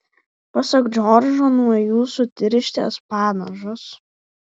pasak džordžo nuo jų sutirštės padažas